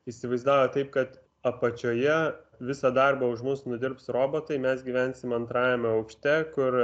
įsivaizdavo taip kad apačioje visą darbą už mus nudirbs robotai mes gyvensime antrajame aukšte kur